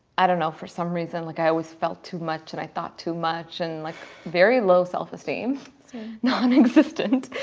i don't know for some reason like i always felt too much and i thought too much and like very low self-esteem no, i'm existent,